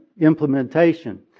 implementation